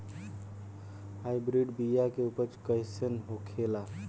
Hybrid बीया के उपज कैसन होखे ला?